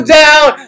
down